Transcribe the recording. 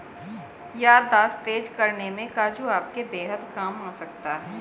याददाश्त तेज करने में काजू आपके बेहद काम आ सकता है